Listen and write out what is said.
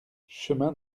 chemin